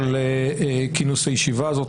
על כינוס הישיבה הזאת,